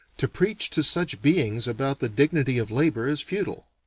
to preach to such beings about the dignity of labor is futile.